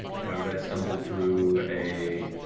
how did i stumble through a.